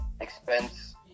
expense